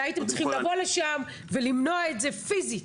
והייתם צריכים לבוא לשם ולמנוע את זה פיזית.